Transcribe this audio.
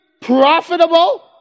profitable